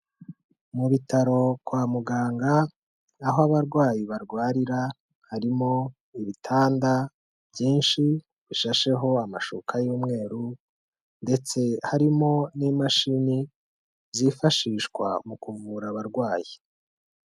Mu bitaro, kwa muganga, aho abarwayi barwarira harimo ibitanda byinshi bishasheho amashuka y'umweru ndetse harimo n'imashini zifashishwa mu kuvura abarwayi.